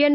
N